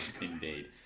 indeed